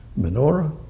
menorah